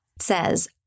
says